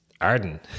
Arden